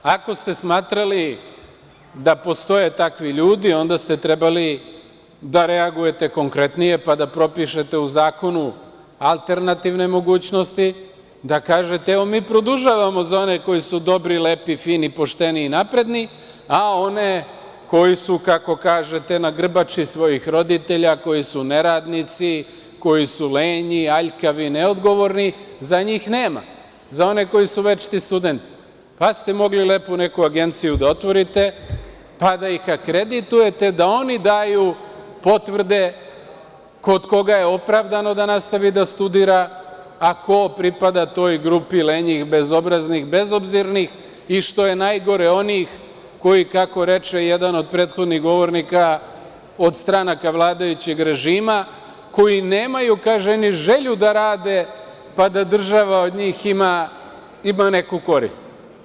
Ako ste smatrali da postoje takvi ljudi, onda je trebalo da reagujete konkretnije, pa da propišete u zakonu alternativne mogućnosti, da kažete – evo, mi produžavamo za one koji su dobri, lepi, fini, pošteni i napredni, a one koji su, kako kažete, na grbači svojih roditelja, koji su neradnici, koji su lenji, aljkavi, neodgovorni, za njih nema, za one koji su večiti studenti, pa ste mogli lepo neku agenciju da otvorite, pa da ih akreditujete da oni daju potvrde kod koga je opravdano da nastavi da studira, a ko pripada toj grupi lenjih i bezobraznih, bezobzirnih i, što je najgore, onih koji, kako reče jedan od prethodnih govornika od stranaka vladajućeg režima, koji nemaju ni želju da rade, pa da država od njih ima neku korist.